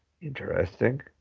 Interesting